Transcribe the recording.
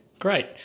Great